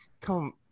come